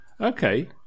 Okay